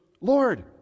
Lord